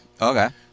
Okay